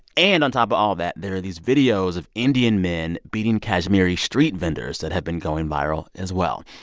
and, on top of all that, there are these videos of indian men beating kashmiri street vendors that have been going viral as well.